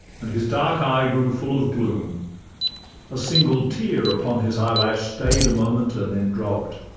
and his dark eye grew full of gloom a single tear upon his eyelash staid a moment, and then dropp'd